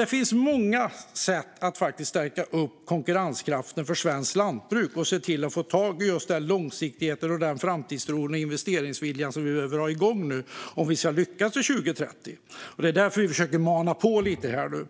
Det finns alltså många sätt att förstärka konkurrenskraften för svenskt lantbruk och få en långsiktighet, framtidstro och investeringsvilja som vi behöver nu om vi ska lyckas till 2030. Det är därför vi försöker mana på här.